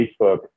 Facebook